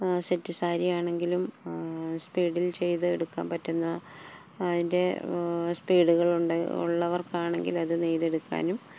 set സാരിയാണെങ്കിലും സ്പീഡിൽ ചെയ്തെടുക്കാൻ പറ്റുന്ന അതിൻ്റെ സ്പീഡുകളുണ്ട് ഉള്ളവർക്കാണെങ്കിൽ അത് നെയ്തെടുക്കാനും